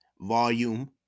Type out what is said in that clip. volume